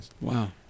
Wow